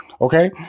Okay